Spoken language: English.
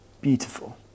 Beautiful